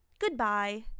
Goodbye